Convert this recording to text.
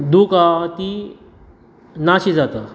दुख आहा ती ना शी जाता